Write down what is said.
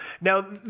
Now